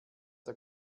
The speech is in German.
der